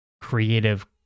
creative